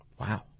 Wow